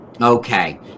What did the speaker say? Okay